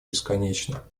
бесконечно